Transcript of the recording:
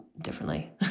differently